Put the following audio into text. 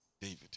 David